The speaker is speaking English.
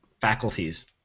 faculties